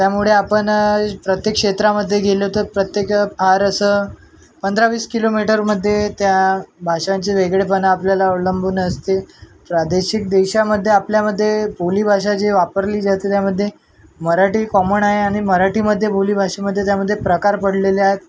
त्यामुळे आपण प्रत्येक क्षेत्रामध्ये गेलो तर प्रत्येक फार असं पंधरा वीस किलोमीटरमध्ये त्या भाषांचे वेगळेपणा आपल्याला अवलंबून असते प्रादेशिक देशामध्ये आपल्यामध्ये बोलीभाषा जी वापरली जाते त्यामध्ये मराठी कॉमन आहे आणि मराठीमध्ये बोली भाषेमध्ये त्यामध्ये प्रकार पडलेले आहेत